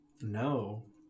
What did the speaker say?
No